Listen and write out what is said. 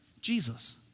Jesus